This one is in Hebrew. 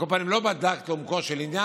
על כל פנים, לא בדקת לעומקו של עניין.